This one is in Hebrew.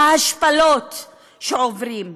ההשפלות שעוברים.